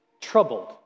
troubled